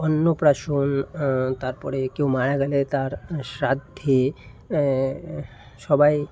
অন্নপ্রাশন তারপরে কেউ মারা গেলে তার শ্রাদ্ধে সবাই